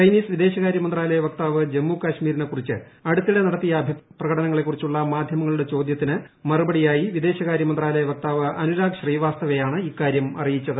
Chinese വിദേശകാരൃ മന്ത്രാലയ വക്താവ് ജമ്മു കശ്മീരിനെക്കുറിച്ച് അടുത്തിടെ നടത്തിയ അഭിപ്രായ പ്രകടനങ്ങളെക്കുറിച്ചുള്ള മാധ്യമങ്ങളുടെ ചോദ്യത്തിന് മറുപടിയായി വിദേശകാര്യ മന്ത്രാലയ വക്താവ് അനുരാഗ് ശ്രീവാസ്തവയാണ് ഇക്കാര്യം അറിയിച്ചത്